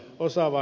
osaava